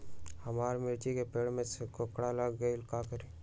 हमारा मिर्ची के पेड़ सब कोकरा गेल का करी?